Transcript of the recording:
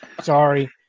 sorry